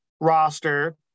roster